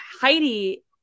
Heidi